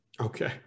Okay